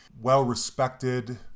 well-respected